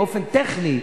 באופן טכני,